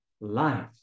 life